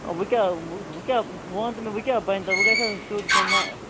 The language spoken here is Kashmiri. وۅنۍ کیٛاہ وۅنۍ کیٛاہ وۅنۍ وَن تہٕ مےٚ وۅنۍ کیٛاہ بنہِ وۅنۍ گَژھیٛا سُہ سیوٚد کِنہٕ نہٕ